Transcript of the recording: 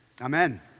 Amen